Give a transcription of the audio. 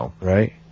Right